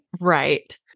Right